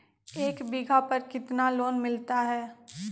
एक बीघा पर कितना लोन मिलता है?